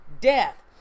death